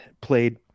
played